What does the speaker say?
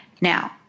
Now